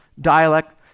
dialect